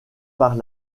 par